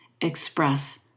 express